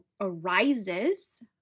arises